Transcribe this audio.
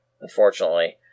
unfortunately